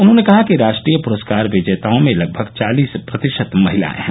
उन्होंने कहा कि राष्ट्रीय पुरस्कार विजेताओं में लगभग चालिस प्रतिशत महिलाएं हैं